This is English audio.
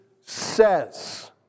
says